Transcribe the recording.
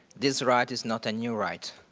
this right is not a new right.